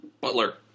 Butler